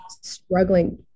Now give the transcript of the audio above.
struggling